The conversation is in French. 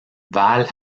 valle